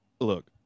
Look